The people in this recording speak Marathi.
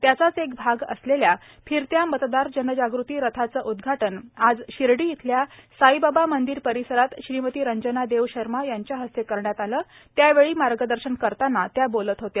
त्याचाच एक भाग असलेल्या फिरत्या मतदार जनजागृती रथाचं उद्घाटन आज शिर्डी इथल्या साईबाबा मंदिर परिसरात रंजना देव शर्मा यांच्या हस्ते करण्यात आलं त्यावेळी मार्गदर्शन करताना त्या बोलत होत्या